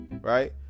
right